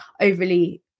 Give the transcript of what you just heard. overly